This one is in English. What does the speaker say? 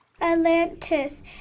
Atlantis